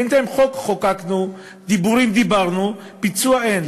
בינתיים חוק חוקקנו, דיבורים דיברנו, ביצוע אין.